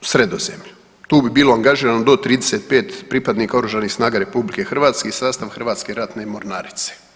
Sredozemlju, tu bi bilo angažirano do 35 pripadnika snaga Oružanih snaga RH i sastav Hrvatske ratne mornarice.